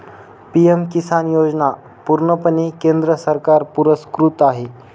PM Kisan योजना पूर्णपणे केंद्र सरकार पुरस्कृत आहे